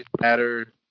matter